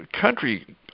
country